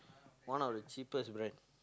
one of the cheapest brand